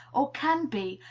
or can be,